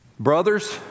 Brothers